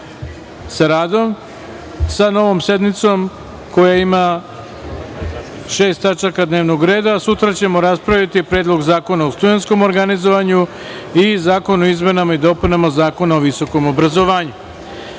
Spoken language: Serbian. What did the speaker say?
sa radom, sa novom sednicom koja ima šest tačaka dnevnog reda, a sutra ćemo raspraviti Predlog zakona o studentskom organizovanju i zakon o izmenama i dopunama Zakona o visokom obrazovanju. Zaključujem